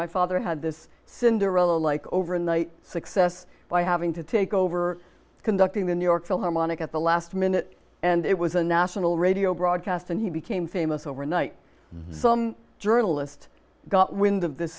my father had this cinderella like overnight success by having to take over conducting the new york philharmonic at the last minute and it was a national radio broadcast and he became famous overnight some journalist got wind of this